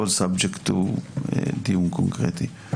כל נושא הוא דיון קונקרטי.